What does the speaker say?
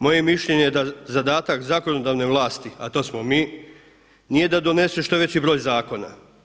Moje je mišljenje da zadatak zakonodavne vlasti, a to smo mi nije da donese što veći broj zakona.